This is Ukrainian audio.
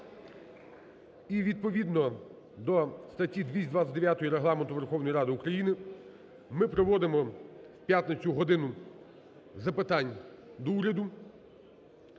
І відповідно до статті 229 Регламенту Верховної Ради України ми проводимо в п'ятницю "годину запитань до Уряду".